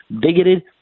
bigoted